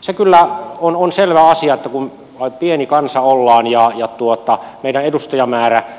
se kyllä on selvä asia että kun pieni kansa ollaan ja meidän edustajamäärämme